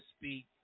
speak